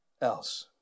else